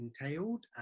entailed